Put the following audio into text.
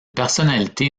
personnalité